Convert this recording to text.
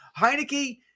Heineke